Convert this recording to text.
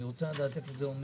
אני רוצה לדעת איפה זה עומד.